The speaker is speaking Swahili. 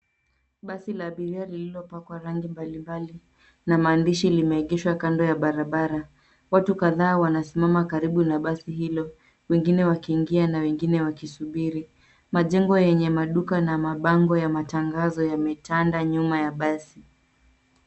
Basi la abiria lililopakwa rangi mbalimbali na maandishi limeegeshwa kando ya barabara, watu kadhaa wanasimama karibu na basi hilo wengine wakiingia na wengine wakisubiri majengo yenye maduka na mabango ya matangazo yametanda nyuma ya basi.